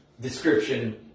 description